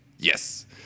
Yes